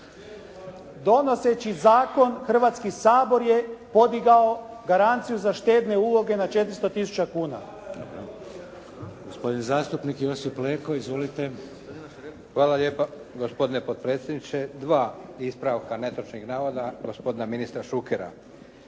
Donoseći zakon Hrvatski sabor je podigao garanciju za štedne uloge na 400 tisuća kuna. **Šeks, Vladimir (HDZ)** Gospodin zastupnik Josip Leko, izvolite. **Leko, Josip (SDP)** Hvala lijepa gospodine potpredsjedniče. Dva ispravka netočnih navoda gospodina ministra Šukera.